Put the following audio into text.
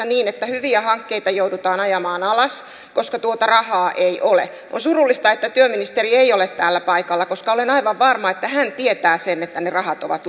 niin että hyviä hankkeita joudutaan ajamaan alas koska tuota rahaa ei ole on surullista että työministeri ei ole täällä paikalla koska olen aivan varma että hän tietää sen että ne rahat ovat